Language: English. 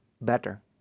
better